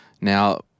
Now